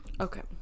okay